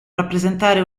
rappresentare